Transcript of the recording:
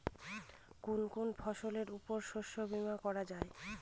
কোন কোন ফসলের উপর শস্য বীমা করা যায়?